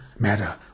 matter